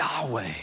Yahweh